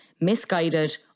misguided